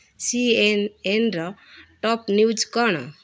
ସିଏନ୍ଏନ୍ର top news କ'ଣ